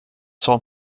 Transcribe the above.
san